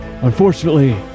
Unfortunately